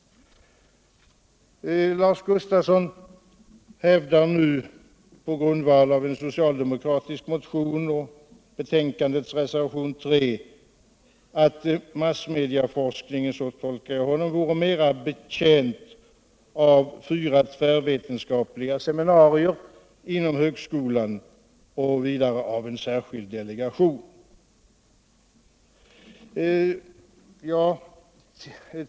Lars Gustafsson hävdar nu på grundval av en socialdemokratisk motion och betänkandets reservation 3 att massmedieforskningen —jag tolkar honom så — vore mera betjänt av fyra tvärvetenskapliga seminarier inom högskolan och vidare av en särskild delegation.